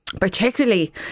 particularly